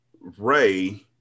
Ray